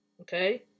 okay